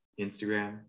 Instagram